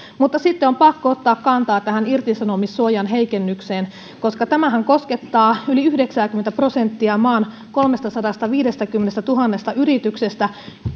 mutta sitten on pakko ottaa kantaa tähän irtisanomissuojan heikennykseen koska tämähän koskettaa yli yhdeksääkymmentä prosenttia maan kolmestasadastaviidestäkymmenestätuhannesta yrityksestä